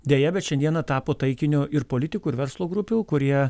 deja bet šiandieną tapo taikiniu ir politikų ir verslo grupių kurie